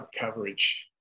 coverage